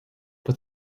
but